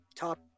top